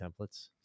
templates